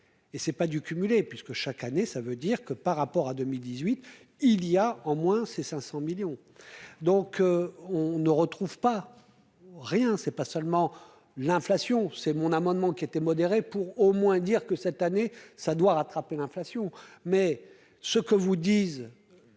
et c'est pas dû cumuler puisque chaque année, ça veut dire que par rapport à 2018 il y a au moins, c'est 500 millions donc on ne retrouve pas rien, c'est pas seulement l'inflation, c'est mon amendement qui était modéré pour au moins dire que cette année ça doit rattraper l'inflation